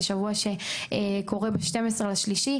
זה שבוע שקורה ב-12 למרץ.